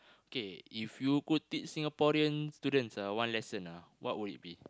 K if you could teach Singaporeans students ah one lesson ah what would it be